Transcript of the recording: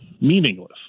meaningless